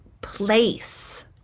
place